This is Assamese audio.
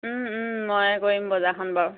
মই কৰিম বজাৰখন বাৰু